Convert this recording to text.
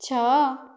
ଛଅ